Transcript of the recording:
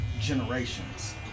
generations